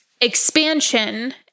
Expansion